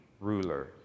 ruler